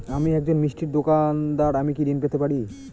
আমি একজন মিষ্টির দোকাদার আমি কি ঋণ পেতে পারি?